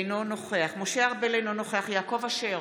אינו נוכח משה ארבל, אינו נוכח יעקב אשר,